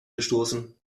gestoßen